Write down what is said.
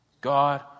God